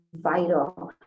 vital